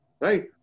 Right